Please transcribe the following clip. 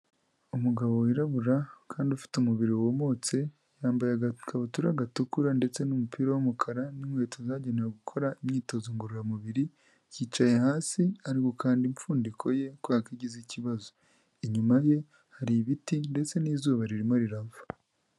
Umugabo wirabura kandi ufite umubiri wumutse, yambaye agakabutura gatukura ndetse n'umupira w'umukara n'inkweto zagenewe gukora imyitozo ngororamubiri, yicaye hasi ari gukanda imfundiko ye kubera ko agize ikibazo, inyuma ye hari ibiti ndetse n'izuba ririmo rirava.